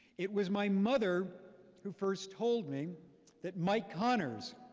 it was my mother who first told me that mike connors,